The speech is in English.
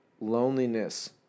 loneliness